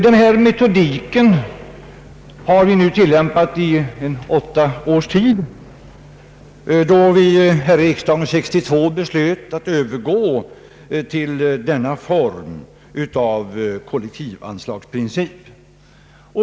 Denna metodik har tillämpats i åtta års tid, sedan riksdagen 1962 beslöt att övergå till denna form av kollektiv anslagsprincip.